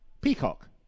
peacock